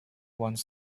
one